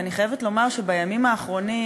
ואני חייבת לומר שבימים האחרונים,